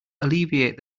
alleviate